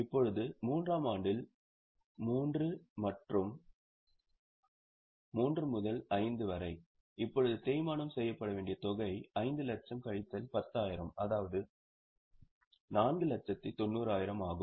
இப்போது 3 ஆம் ஆண்டில் 3 முதல் 5 வரை இப்போது தேய்மானம் செய்யப்பட வேண்டிய தொகை 5 லட்சம் கழித்தல் 10000 அதாவது 490000 ஆகும்